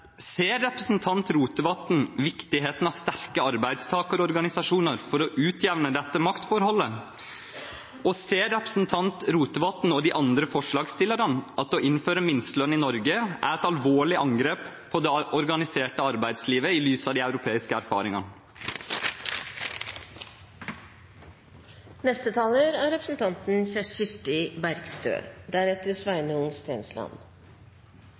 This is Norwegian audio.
Ser representanten Rotevatn viktigheten av sterke arbeidstakerorganisasjoner for å utjevne dette maktforholdet? Og ser representanten Rotevatn og de andre forslagsstillerne at å innføre minstelønn i Norge er et alvorlig angrep på det organiserte arbeidslivet, i lys av de europeiske